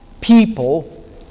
people